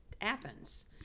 Athens